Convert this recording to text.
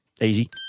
Easy